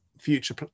Future